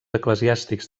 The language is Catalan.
eclesiàstics